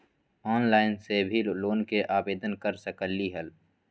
Online से भी loan के आवेदन कर सकलीहल?